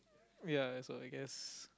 ya that's all I guess